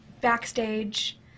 backstage